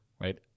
Right